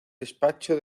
despacho